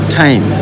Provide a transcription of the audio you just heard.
time